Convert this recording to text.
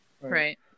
right